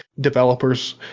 developers